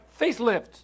facelifts